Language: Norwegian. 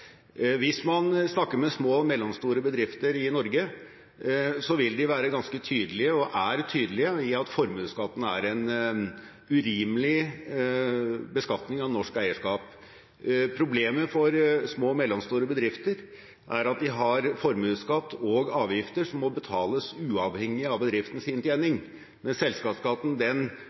Hvis man snakker med små og mellomstore bedrifter i Norge, vil de være, og er, ganske tydelige på at formuesskatten er en urimelig beskatning av norsk eierskap. Problemene for små og mellomstore bedrifter er at de har formuesskatt og avgifter som må betales uavhengig av bedriftens inntjening, men selskapsskatten